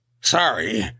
Sorry